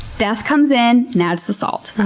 death comes in and adds the salt.